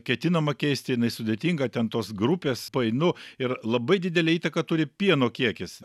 ketinama keisti jinai sudėtinga ten tos grupės painu ir labai didelę įtaką turi pieno kiekis